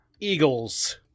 eagles